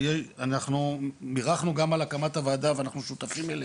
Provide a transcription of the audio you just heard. אנחנו בירכנו גם על הקמת הוועדה ואנחנו שותפים מלאים,